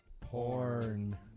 porn